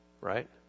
right